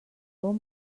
bon